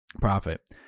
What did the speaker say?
profit